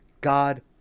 God